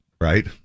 Right